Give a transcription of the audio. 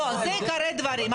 לא, זה עיקרי הדברים.